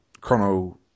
Chrono